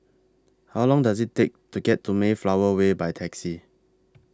How Long Does IT Take to get to Mayflower Way By Taxi